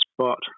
spot